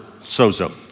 sozo